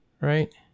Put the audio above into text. right